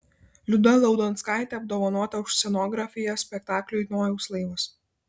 liuda liaudanskaitė apdovanota už scenografiją spektakliui nojaus laivas